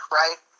right